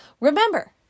Remember